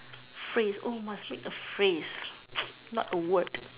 phrase oh must make a phrase not a word